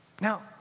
Now